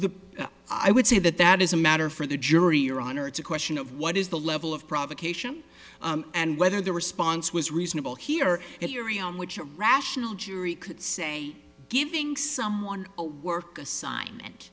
the i would say that that is a matter for the jury your honor it's a question of what is the level of provocation and whether the response was reasonable here erie on which a rational jury could say giving someone a work assignment